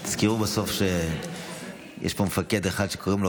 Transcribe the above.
תזכרו בסוף שיש פה מפקד אחד שקוראים לו